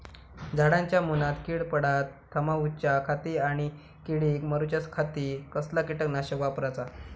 झाडांच्या मूनात कीड पडाप थामाउच्या खाती आणि किडीक मारूच्याखाती कसला किटकनाशक वापराचा?